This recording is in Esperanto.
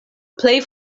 plej